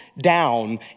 down